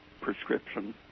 prescription